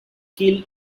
kill